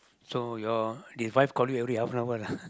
so your this wife call you every half an hour lah